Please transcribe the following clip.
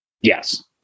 yes